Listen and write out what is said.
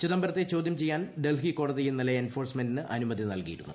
ചിദംബരത്തെ ചോദ്യം ചെയ്യാൻ ഡൽഹി കോടതി ഇന്നലെ എൻഫോഴ്സമെന്റിന് അനുമതി നൽകിയിരുന്നു